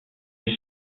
une